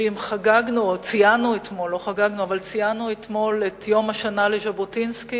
ואם ציינו אתמול את יום השנה לז'בוטינסקי,